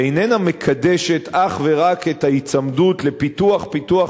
שאיננה מקדשת אך ורק את ההיצמדות לפיתוח-פיתוח-פיתוח,